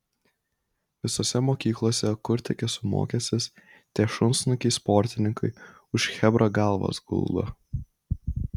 visose mokyklose kur tik esu mokęsis tie šunsnukiai sportininkai už chebrą galvas guldo